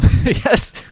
yes